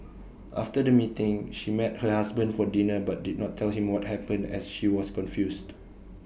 after the meeting she met her husband for dinner but did not tell him what happened as she was confused